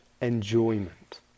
enjoyment